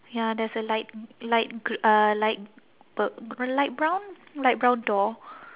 ya there's a light light gr~ uh light b~ light brown light brown door